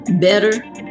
better